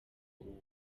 ubu